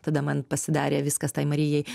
tada man pasidarė viskas tai marijai